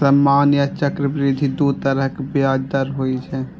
सामान्य आ चक्रवृद्धि दू तरहक ब्याज दर होइ छै